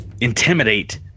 intimidate